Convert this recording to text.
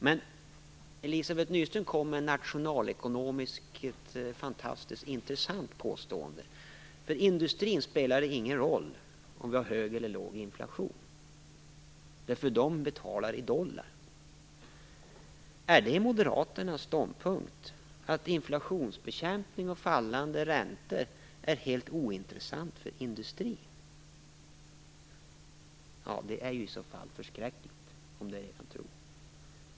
Men Elizabeth Nyström kom med ett nationalekonomiskt fantastiskt intressant påstående: För industrin spelar det ingen roll om vi har hög eller låg inflation, därför att man betalar i dollar. Är det moderaternas ståndpunkt, att inflationsbekämpning och fallande räntor är helt ointressant för industrin? Det är förskräckligt om det är er tro.